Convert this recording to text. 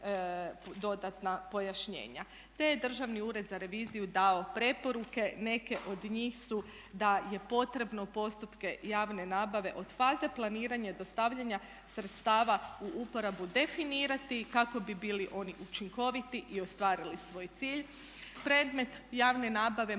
pojašnjenja. Te je Državni ured za reviziju dao preporuke, neke od njih su da je potrebno postupke javne nabave od faze planiranja, dostavljanja sredstava u uporabu definirati kako bi bili oni učinkoviti i ostvarili svoj cilj predmet javne nabave mora